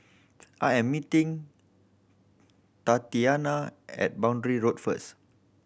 I am meeting Tatiana at Boundary Road first